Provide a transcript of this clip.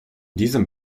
diesem